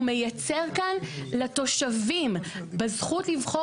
הוא מייצר כאן לתושבים בזכות לבחור